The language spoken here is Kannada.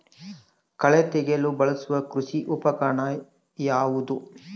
ಕಳೆ ತೆಗೆಯಲು ಬಳಸುವ ಕೃಷಿ ಉಪಕರಣ ಯಾವುದು?